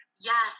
Yes